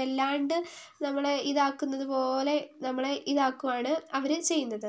വല്ലാണ്ട് നമ്മളെ ഇതാക്കുന്നത് പോലെ നമ്മളെ ഇതാക്കുകയാണ് അവർ ചെയ്യുന്നത്